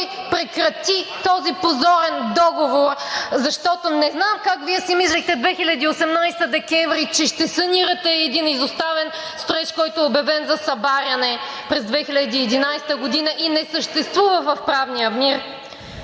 прекрати този позорен договор! Защото не знам как Вие си мислихте – декември 2018 г., че ще санирате един изоставен строеж, който е обявен за събаряне през 2011 г. и не съществува в правния мир?!